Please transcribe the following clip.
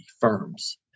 firms